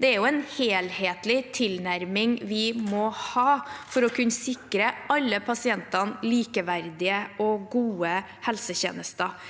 Det er jo en helhetlig tilnærming vi må ha for å sikre alle pasientene likeverdige og gode helsetjenester.